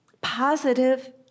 positive